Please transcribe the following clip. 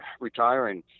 retiring